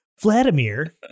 Vladimir